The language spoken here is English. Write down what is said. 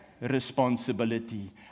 responsibility